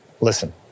Listen